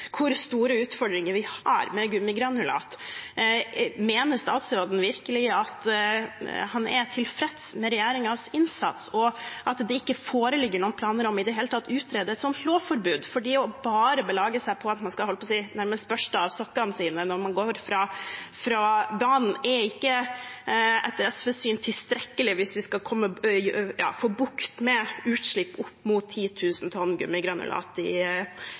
med gummigranulat – mener statsråden virkelig at han er tilfreds med regjeringens innsats, og at det ikke foreligger noen planer om i det hele tatt å utrede et sånt lovforbud? For det bare å belage seg på at man nærmest skal børste av sokkene sine når man går fra banen, er etter SVs syn ikke tilstrekkelig hvis vi skal få bukt med utslipp opp mot 10 000 tonn gummigranulat i